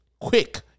Quick